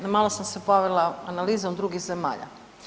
Malo sam se bavila analizom drugih zemalja.